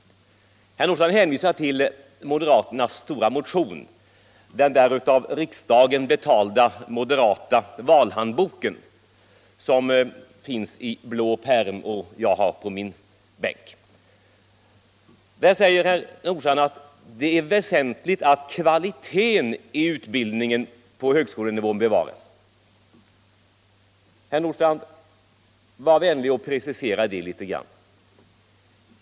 Herr Nordstrandh hänvisade till moderaternas stora motion - den av riksdagen betalda moderata valhandboken, som finns i en blå pärm och som jag har liggande på min bänk. Därvid säger herr Nord utbildning och forskning strandh av det är väsentligt att kvaliteten i utbildningen på högskolenivå bevaras. Herr Nordstrandh får vara vänlig och precisera sig litet grand!